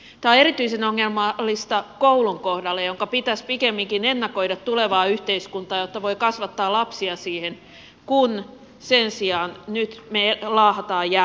tämä on erityisen ongelmallista koulun kohdalla jonka pitäisi pikemminkin ennakoida tulevaa yhteiskuntaa jotta voi kasvattaa lapsia siihen kun sen sijaan nyt me laahaamme jäljessä